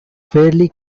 fairly